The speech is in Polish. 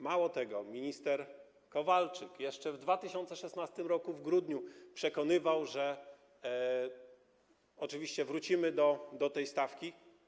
Mało tego, minister Kowalczyk jeszcze w 2016 r. w grudniu przekonywał, że oczywiście wrócimy do tej stawki.